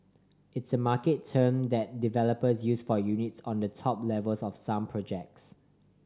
it's a market term that developer use for units on the top levels of some projects